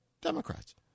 Democrats